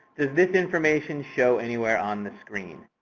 does this information show anywhere on the screen?